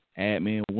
Admin